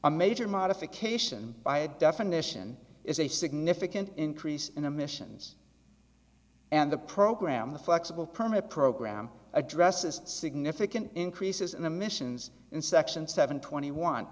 a major modification by definition is a significant increase in the missions and the program the flexible permit program addresses significant increases in the missions in section seven twenty one